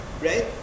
right